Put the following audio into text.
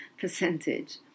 percentage